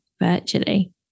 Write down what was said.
virtually